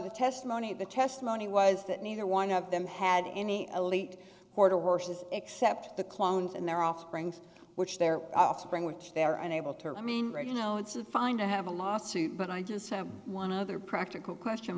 the testimony of the testimony was that neither one of them had any elite quarter horses except the clones and their offsprings which their offspring which they are unable to i mean you know it's a fine to have a lawsuit but i just have one other practical question